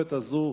בצומת הזה,